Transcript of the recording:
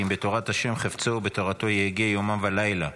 כי אם בתורת ה' חפצו ובתורתו יהגה יומם ולילה.